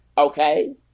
Okay